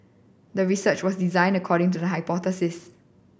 the research was designed according to the hypothesis